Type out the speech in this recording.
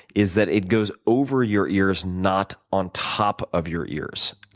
is that it goes over your ears, not on top of your ears.